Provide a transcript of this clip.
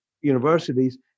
universities